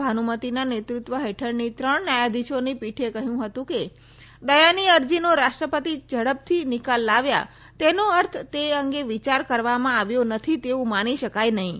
ભાનુમતીના નેતૃત્વ હેઠળની ત્રણ ન્યાયાધીશોની પીઠે કહ્યું હતું કે દયાની અરજીનો રાષ્ટ્રપતિ ઝડપથી નિકાલ લાવ્યા તેનો અર્થ તે અંગે વિચાર કરવામાં આવ્યો નથી તેવું માની શકાય નહીં